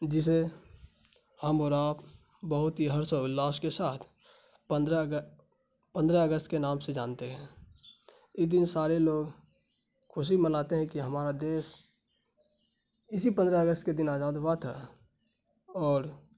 جسے ہم اور آپ بہت ہی ہرش اورالاس کے ساتھ پندرہ پندرہ اگست کے نام سے جانتے ہیں اس دن سارے لوگ خوشی مناتے ہیں کہ ہمارا دیس اسی پندرہ اگست کے دن آزاد ہوا تھا اور